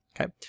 okay